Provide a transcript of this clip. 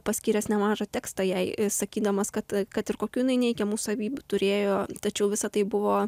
paskyręs nemažą tekstą jai sakydamas kad kad ir kokių neigiamų savybių turėjo tačiau visa tai buvo